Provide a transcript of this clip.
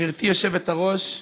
גברתי היושבת-ראש,